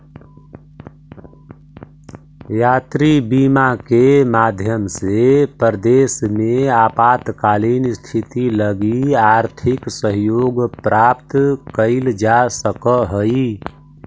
यात्री बीमा के माध्यम से परदेस में आपातकालीन स्थिति लगी आर्थिक सहयोग प्राप्त कैइल जा सकऽ हई